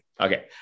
Okay